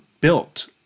built